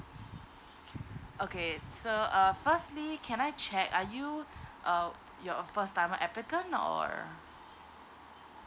okay so uh firstly can I check are you uh you're a first timer applicant or